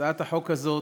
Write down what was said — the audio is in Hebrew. הצעת החוק הזאת